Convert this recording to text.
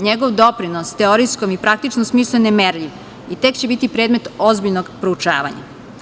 Njegov doprinos teorijskom i praktičnom smislu je nemerljiv i tek će biti predmet ozbiljnog proučavanja.